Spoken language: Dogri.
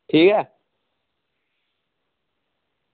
ठीक ऐ